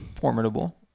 formidable